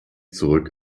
zurück